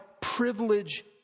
privilege